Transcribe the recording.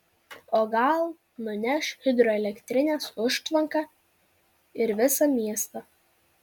o gal nuneš hidroelektrinės užtvanką ir visą miestą